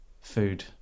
food